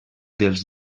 dels